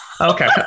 Okay